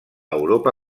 europa